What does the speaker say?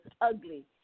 ugly